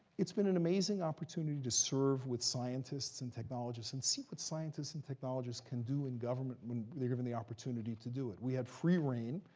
it's been an amazing opportunity to serve with scientists and technologists, and see what scientists and technologists can do in government, when they're given the opportunity to do it. we had free reign.